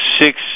six